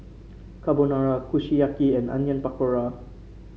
Carbonara Kushiyaki and Onion Pakora